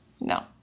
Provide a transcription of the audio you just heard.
No